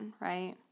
right